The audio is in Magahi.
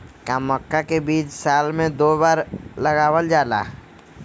का मक्का के बीज साल में दो बार लगावल जला?